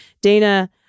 Dana